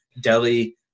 Delhi